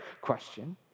question